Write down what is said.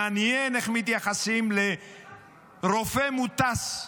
מעניין איך מתייחסים לרופא מוטס,